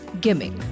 Gimmick